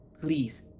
please